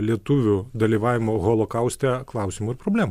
lietuvių dalyvavimo holokauste klausimų ir problemų